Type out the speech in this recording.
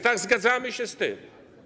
Tak, zgadzamy się z tym.